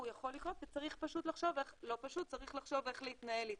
הוא יכול לקרות וצריך לחשוב איך להתנהל איתו,